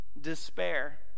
despair